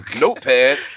notepad